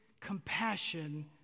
compassion